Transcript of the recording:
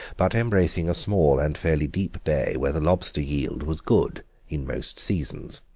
but embracing a small and fairly deep bay where the lobster yield was good in most seasons.